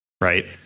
right